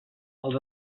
els